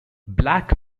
black